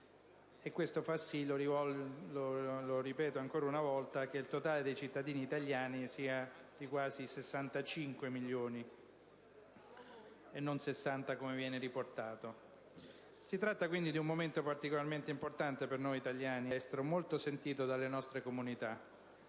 Questo fa sì che - lo ribadisco ancora una volta - il totale dei cittadini italiani sia di quasi 65 milioni, non 60 milioni, come viene riportato. Si tratta di un problema particolarmente importante per noi italiani all'estero, molto sentito dalle nostre comunità.